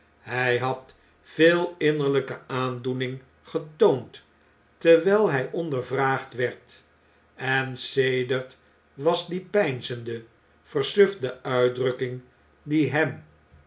hjj had veel innerljjkeaandoeninggetoond terwijl hjj ondervraagd werd en sedert was die peinzende versufte uitdrukking die hem